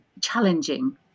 challenging